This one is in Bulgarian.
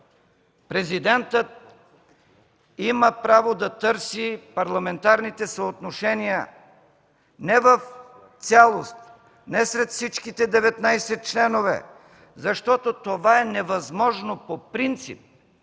Президентът има право да търси парламентарните съотношения не в цялост, не сред всичките 19 членове, защото това е невъзможно по принцип,